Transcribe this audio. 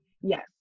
Yes